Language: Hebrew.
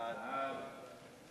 סעיפים 1 3,